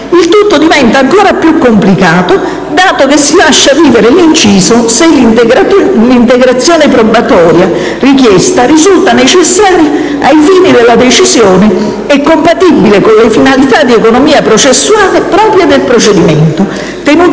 Il tutto diventa ancora più complicato dato che si lascia vivere l'inciso "se l'integrazione probatoria richiesta risulta necessaria ai fini della decisione e compatibile con le finalità di economia processuale proprie del procedimento,